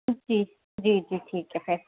جی جی جی ٹھیک ہے